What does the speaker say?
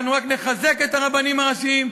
אנחנו רק נחזק את הרבנים הראשיים,